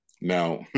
Now